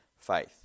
faith